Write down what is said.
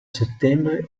settembre